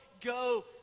go